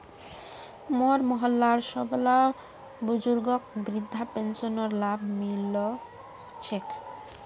मोर मोहल्लार सबला बुजुर्गक वृद्धा पेंशनेर लाभ मि ल छेक